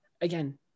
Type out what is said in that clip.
again